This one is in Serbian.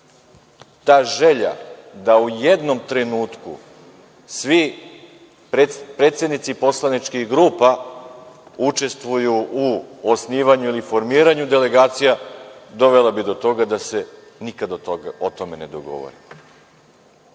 ta želja da u jednom trenutku svi predsednici poslaničkih grupa učestvuju u osnivanju ili formiranju delegacija dovela bi do toga da se nikada o tome ne dogovore. Raspored